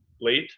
late